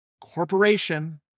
corporation